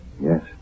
Yes